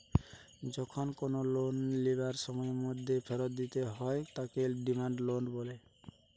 যখন কোনো লোন লিবার সময়ের মধ্যে ফেরত দিতে হয় তাকে ডিমান্ড লোন বলে